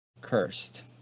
cursed